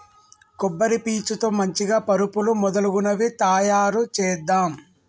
కొబ్బరి పీచు తో మంచిగ పరుపులు మొదలగునవి తాయారు చేద్దాం